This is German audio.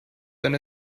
eine